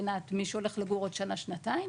מבחינת מישהו הולך לגור עוד שנה שנתיים.